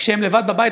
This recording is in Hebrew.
כשהם לבד בבית,